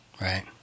Right